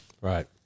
Right